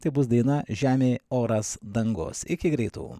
tai bus daina žemė oras dangus iki greitų